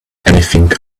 anything